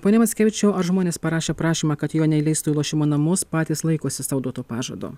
pone mackevičiau ar žmonės parašę prašymą kad jo neįleistų į lošimo namus patys laikosi sau duoto pažado